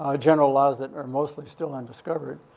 ah general laws that are mostly still undiscovered,